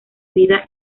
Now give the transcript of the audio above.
vida